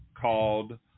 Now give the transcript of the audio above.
called